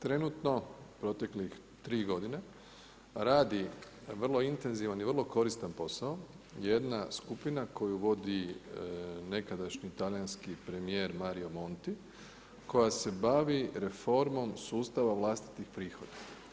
Trenutno proteklih tri godine radi vrlo intenzivan i vrlo koristan posao jedna skupina koju vodi nekadašnji talijanski premijer Mario MOnti koja se bavi reformom sustava vlastitih prihoda.